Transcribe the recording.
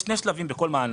יש שני שלבים בכל מענק.